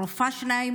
רופאת השיניים